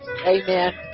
amen